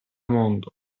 mondo